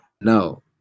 no